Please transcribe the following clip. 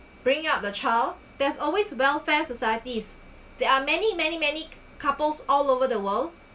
bring up the child there's always welfare societies there are many many many couples all over the world